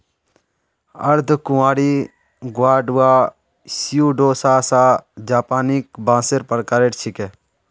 अर्धकुंवारी Guadua Pseudosasa japonica बांसेर प्रकार छिके